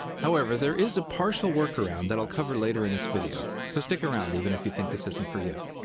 however, there is a partial workaround that i'll cover later in this video, so stick around even if you think this isn't for you.